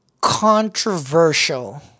controversial